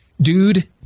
Dude